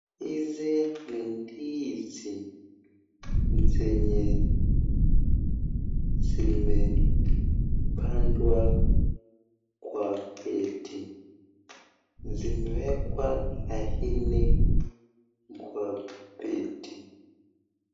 Hizi ni ndizi zenye zimepandwa kwa beti , zimewekwa laini kwa beti .